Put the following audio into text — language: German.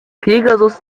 pegasus